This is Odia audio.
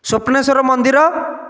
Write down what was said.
ସ୍ଵପ୍ନେଶ୍ଵର ମନ୍ଦିର